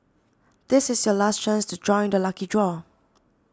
this is your last chance to join the lucky draw